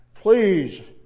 Please